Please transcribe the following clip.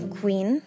queen